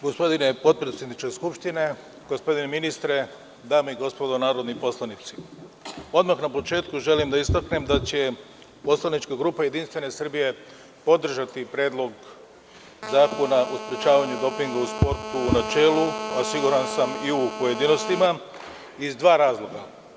Gospodine potpredsedniče Skupštine, gospodine ministre, dame i gospodo narodni poslanici, odmah na početku želim da istaknem da će poslanička grupa JS podržati Predlog zakona za sprečavanje dopinga u sportu, u načelu, a siguran sam i u pojedinostima, iz dva razloga.